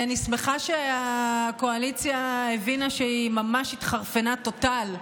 אני שמחה שהקואליציה הבינה שהיא ממש התחרפנה טוטאל,